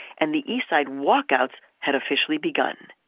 and the eastside walkouts had officially begun.